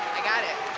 i got it,